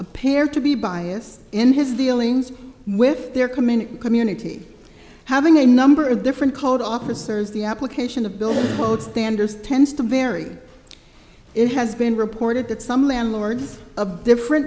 appear to be biased in his dealings with their community community having a number of different colored officers the application of building code standards tends to vary it has been reported that some landlords of different